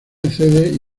accede